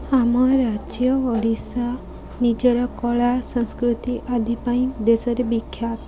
ଆମ ରାଜ୍ୟ ଓଡ଼ିଶା ନିଜର କଳା ସଂସ୍କୃତି ଆଦି ପାଇଁ ଦେଶରେ ବିଖ୍ୟାତ